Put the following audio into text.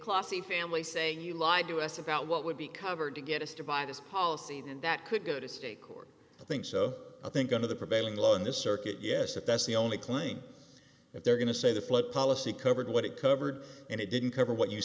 classy family saying you lied to us about what would be covered to get us to buy this policy even that could go to state court i think so i think going to the prevailing law in this circuit yes if that's the only claim that they're going to say the flood policy covered what it covered and it didn't cover what you